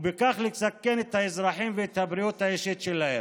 ובכך לסכן את האזרחים ואת הבריאות האישית שלהם.